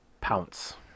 pounce